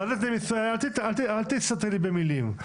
אל תסתתרי מאחורי מילים.